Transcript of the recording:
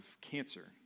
cancer